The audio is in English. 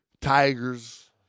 tigers